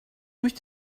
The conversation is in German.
durch